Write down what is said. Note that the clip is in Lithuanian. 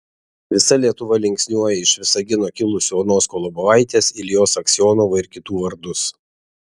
visa lietuva linksniuoja iš visagino kilusių onos kolobovaitės iljos aksionovo ir kitų vardus